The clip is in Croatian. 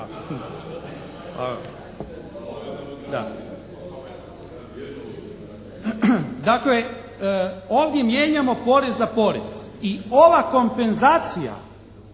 Dakle, ovdje mijenjamo porez za porez. I ova kompenzacija